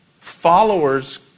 Followers